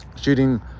shooting